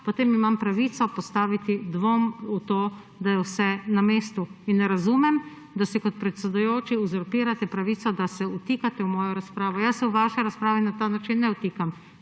potem imam pravico postaviti dvom v to, da je vse na mestu. In ne razumem, da si kot predsedujoči uzurpirate pravico, da se vtikate v mojo razpravo. Jaz se v vaše razprave na ta način ne vtikam.